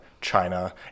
China